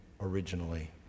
originally